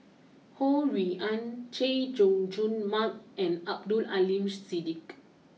Ho Rui an Chay Jung Jun Mark and Abdul Aleem Siddique